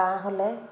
কাহ হ'লে